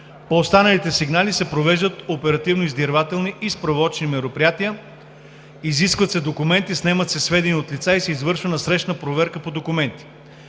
По останалите сигнали се провеждат оперативно-издирвателни и справочни мероприятия, изискват се документи, снемат се сведения от лица и се извършва насрещна проверка по документи.